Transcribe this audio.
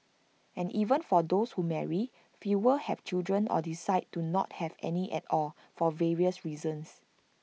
and even for those who marry fewer have children or decide to not have any at all for various reasons